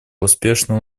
успешно